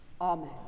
Amen